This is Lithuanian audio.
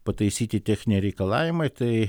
pataisyti techniniai reikalavimai tai